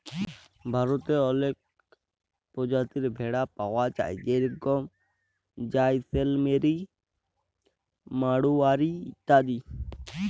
ভারতেল্লে অলেক পরজাতির ভেড়া পাউয়া যায় যেরকম জাইসেলমেরি, মাড়োয়ারি ইত্যাদি